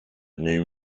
new